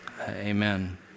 amen